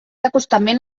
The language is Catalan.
acostament